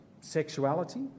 sexuality